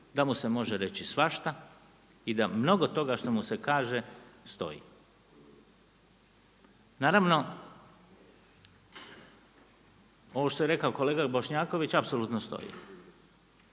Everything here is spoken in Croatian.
da mu se može reći svašta i da mnogo toga što mu se kaže stoji. Naravno ovo što je rekao kolega Bošnjaković apsolutno stoji.